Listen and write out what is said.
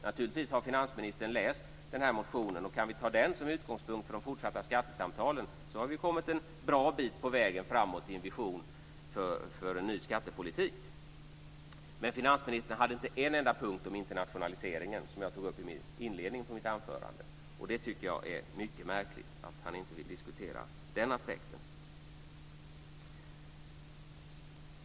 Naturligtvis har finansministern läst motionen. Kan vi ta den som utgångspunkt för de fortsatta skattesamtalen, har vi kommit en bra bit på väg fram mot en vision för en ny skattepolitik. Men finansministern hade inte en enda punkt om internationaliseringen, som jag tog upp i inledningen av mitt anförande. Jag tycker att det är mycket märkligt att han inte vill diskutera den aspekten.